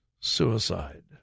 suicide